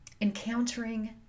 Encountering